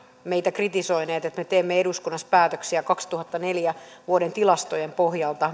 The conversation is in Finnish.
meitä kritisoineet että me teemme eduskunnassa päätöksiä kaksituhattaneljä vuoden tilastojen pohjalta